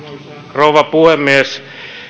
rouva puhemies